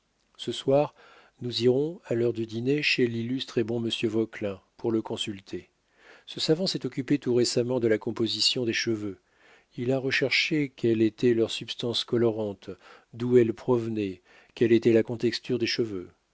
ce soir nous irons à l'heure du dîner chez l'illustre et bon monsieur vauquelin pour le consulter ce savant s'est occupé tout récemment de la composition des cheveux il a recherché quelle était leur substance colorante d'où elle provenait quelle était la contexture des cheveux